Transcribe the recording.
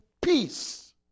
peace